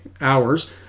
hours